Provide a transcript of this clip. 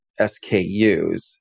SKUs